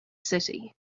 city